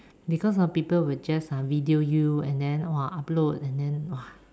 because ah people will just uh video you and then !wah! upload and then !wah!